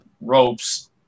ropes